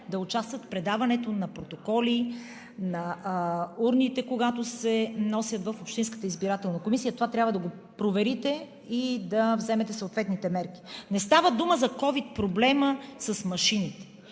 да участват в предаването на протоколи, на урните, когато се носят в Общинската избирателна комисия. Това трябва да го проверите и да вземете съответните мерки. Не става дума за ковид проблема с машините.